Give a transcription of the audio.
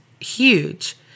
huge